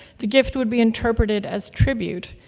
the gift would be interpreted as tribute,